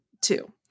two